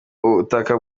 butaka